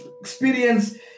experience